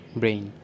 brain